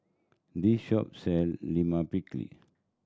this shop sell Lime Pickle